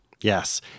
Yes